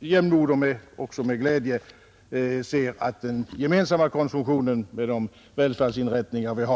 jämnmod och glädje ser att den gemensamma konsumtionen ökar med hjälp av de välfärdsinrättningar vi har.